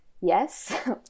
yes